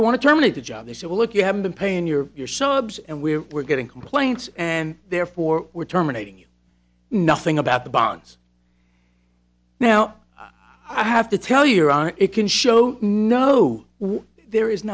they want to terminate the job they say well look you haven't been paying your so obsessed and where we're getting complaints and therefore we're terminating nothing about the bonds now i have to tell your honor it can show no one there is